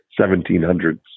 1700s